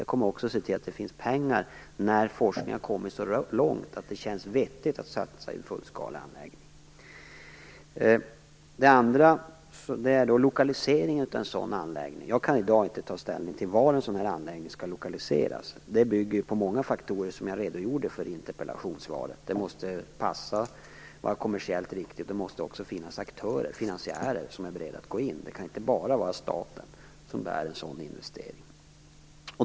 Jag kommer också att se till att det finns pengar när forskningen har kommit så långt att det känns vettigt att satsa på en fullskaleanläggning. Den andra frågan gällde lokaliseringen av en sådan anläggning. Jag kan i dag inte ta ställning till var en sådan anläggning skall lokaliseras. Det bygger på många faktorer som jag redogjorde för i interpellationssvaret. Det måste passa, vara kommersiellt riktigt och det måste också finnas aktörer, finansiärer, som är beredda att gå in. Det kan inte bara vara staten som bär en sådan investering.